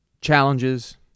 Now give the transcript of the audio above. challenges